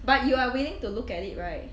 but you are willing to look at it right